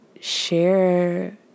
Share